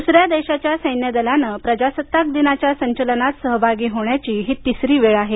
द्सऱ्या देशाच्या सैन्य दलानं प्रजासत्ताक दिनाच्या संचलनात सहभागी होण्याची ही तिसरी वेळ आहे